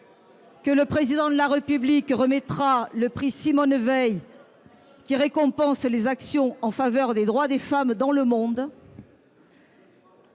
que le Président de la République remettra le prix Simone-Veil, qui récompense les actions en faveur des droits des femmes dans le monde.